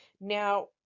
Now